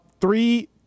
Three